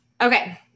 Okay